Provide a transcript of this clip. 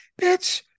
bitch